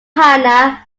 hana